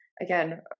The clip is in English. again